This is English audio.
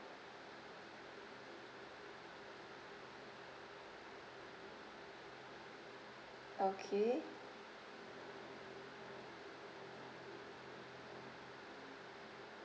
okay